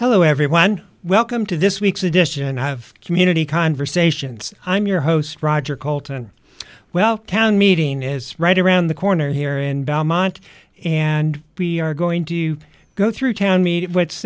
hello everyone welcome to this week's edition have community conversations i'm your host roger coulton well town meeting is right around the corner here in belmont and we are going to go through town meeting what's